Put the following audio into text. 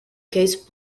case